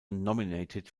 nominated